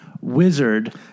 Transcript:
wizard